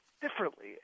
differently